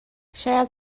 شاید